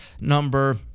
number